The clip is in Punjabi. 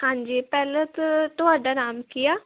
ਹਾਂਜੀ ਪਹਿਲਾਂ ਤਾਂ ਤੁਹਾਡਾ ਨਾਮ ਕੀ ਆ